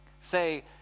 say